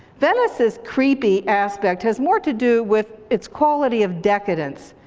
venice's creepy aspect has more to do with its quality of decadence,